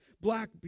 Black